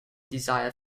desire